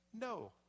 No